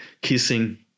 kissing